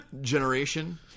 generation